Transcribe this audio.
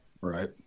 Right